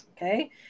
okay